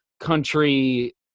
country